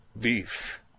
beef